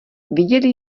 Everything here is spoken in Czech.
viděli